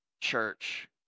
church